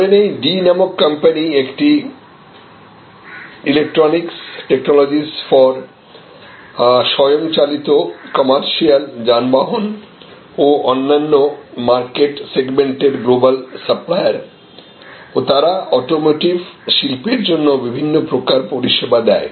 ধরে নিই D নামক কোম্পানি একটি ইলেকট্রনিকস টেকনোলজিস ফর স্বয়ংচালিত কমার্সিয়াল যানবাহন ও অন্যান্য মার্কেট সেগমেন্টের গ্লোবাল সাপ্লায়ার ও তারা অটোমোটিভ শিল্পের জন্য বিভিন্ন প্রকার পরিষেবা দেয়